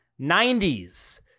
90s